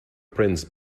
prince